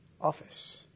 office